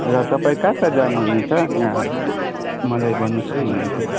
र तपाईँ कहाँ कहाँ जानुहुनेछ यहाँ मलाई भन्नु सक्नुहुनेछ